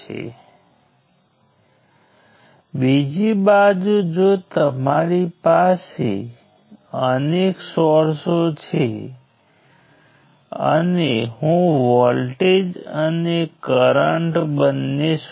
તે ખૂબ જ સ્પષ્ટ છે કે જો તમારી પાસે બાકીની બ્રાન્ચીઝ હોય તો ટ્રીજ માટે તમે લૂપ બનાવશો